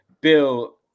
Bill